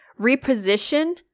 reposition